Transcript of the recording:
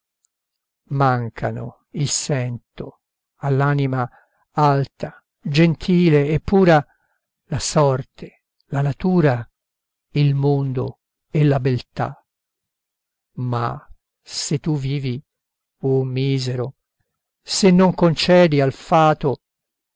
il sento all'anima alta gentile e pura la sorte la natura il mondo e la beltà ma se tu vivi o misero se non concedi al fato